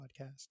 podcast